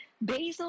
basil